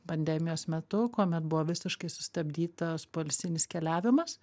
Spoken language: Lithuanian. pandemijos metu kuomet buvo visiškai sustabdytas poilsinis keliavimas